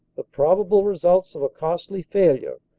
the probable results of a costly failure,